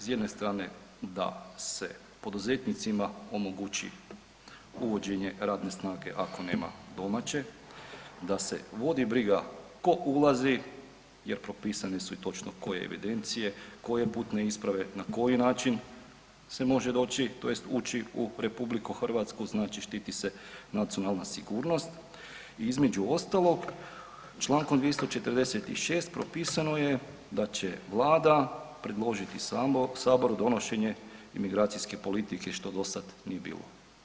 S jedne strane da se poduzetnicima omogući uvođenje radne snage, ako nema domaće, da se vodi briga tko ulazi, jer propisane su točno i koje evidencije, koje putne isprave, na koji način se može doći, tj. ući u RH, znači štiti se nacionalna sigurnost i između ostalog, čl. 246. propisano je da će Vlada predložiti Saboru donošenje imigracijske politike, što dosad nije bilo.